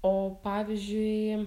o pavyzdžiui